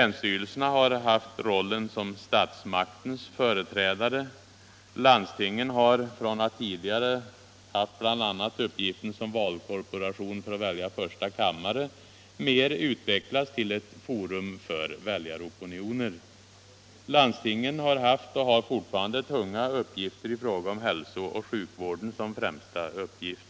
Länsstyrelserna har haft rollen som statsmaktens företrädare. Landstingen har, från att tidigare ha haft bl.a. uppgiften som valkorporation för att välja ledamöter till riksdagens första kammare under tvåkammarsystemets tid, mer utvecklats till ett forum för väljaropinioner. Landstingen har haft och har fortfarande främst tunga uppgifter i fråga om hälsooch sjukvården.